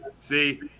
see